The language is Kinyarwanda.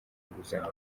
inguzanyo